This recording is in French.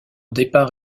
départ